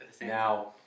Now